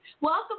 Welcome